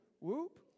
whoop